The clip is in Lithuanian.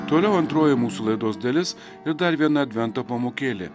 toliau antroji mūsų laidos dalis ir dar viena advento pamokėlė